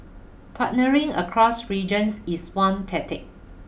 partnering across regions is one tactic